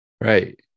Right